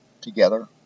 together